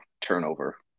turnover